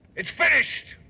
it's. finished.